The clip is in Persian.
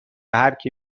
هرکی